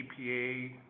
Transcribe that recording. EPA